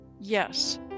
Yes